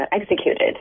executed